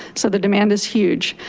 so the demand is huge.